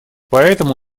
поэтому